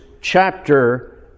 chapter